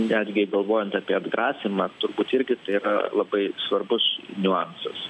netgi galvojant apie atgrasymą turbūt irgi tai yra labai svarbus niuansas